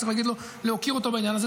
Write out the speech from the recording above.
צריך להוקיר אותו בעניין הזה.